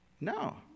No